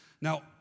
Now